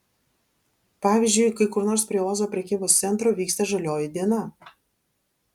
pavyzdžiui kai kur nors prie ozo prekybos centro vyksta žalioji diena